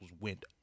went